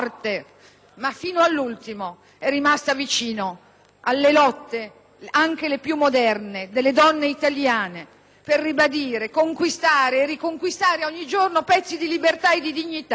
Ma fino all'ultimo è rimasta vicino alle lotte, anche le più moderne, delle donne italiane, per ribadire, conquistare e riconquistare ogni giorno pezzi di libertà e di dignità.